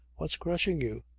what's crushing you?